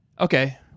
okay